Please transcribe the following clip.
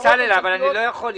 בצלאל, אבל אני לא יכול.